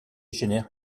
génère